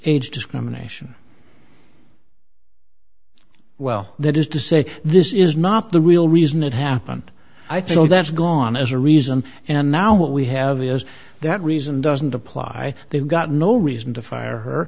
age discrimination well that is to say this is not the real reason it happened i think that's gone as a reason and now what we have is that reason doesn't apply they've got no reason to fire her